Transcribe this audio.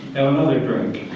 have another drink.